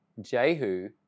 Jehu